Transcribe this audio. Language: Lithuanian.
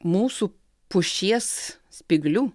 mūsų pušies spyglių